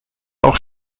auch